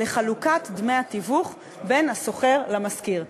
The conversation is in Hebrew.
לחלוקת דמי התיווך בין השוכר למשכיר.